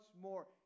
more